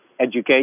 education